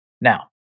Now